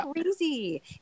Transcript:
crazy